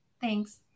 Thanks